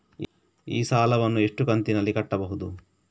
ಈ ಸಾಲವನ್ನು ಎಷ್ಟು ಕಂತಿನಲ್ಲಿ ಕಟ್ಟಬಹುದು?